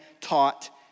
taught